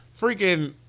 Freaking